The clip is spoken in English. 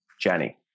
Jenny